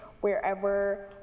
wherever